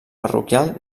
parroquial